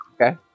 Okay